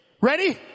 Ready